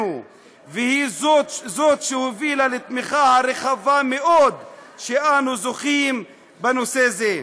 היא בשורה לנשים שכל כך הרבה פעמים חושבות לעצמן: